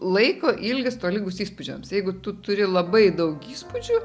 laiko ilgis tolygus įspūdžiams jeigu tu turi labai daug įspūdžių